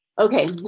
okay